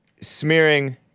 smearing